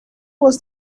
was